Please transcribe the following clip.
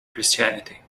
christianity